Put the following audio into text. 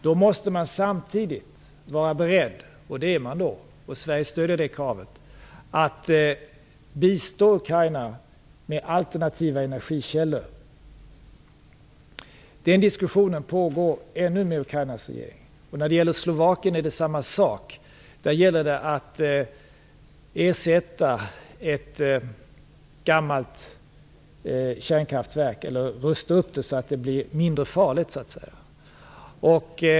Då måste man samtidigt vara beredd - och det är man, och Sverige stöder det kravet - att bistå Ukraina med alternativa energikällor. Den diskussionen pågår ännu med Ukrainas regering. När det gäller Slovakien är det samma sak. Där gäller det att ersätta ett gammalt kärnkraftverk, eller rusta upp det så att det blir mindre farligt.